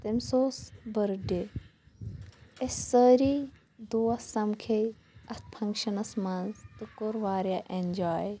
تٔمِس اوس birthday أسۍ سٲری دوس سَمکھے اَتھ فَنٛگشَنَس منٛز تہٕ کوٚر واریاہ اٮ۪نٛجاے